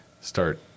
start